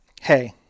hey